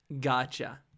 Gotcha